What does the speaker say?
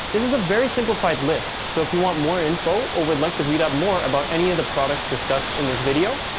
this is a very simplified list, so if you want more info or would like to read up more on any of the products discussed in this video,